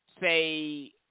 say